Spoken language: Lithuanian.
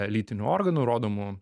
lytinių organų rodomų